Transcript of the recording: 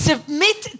Submit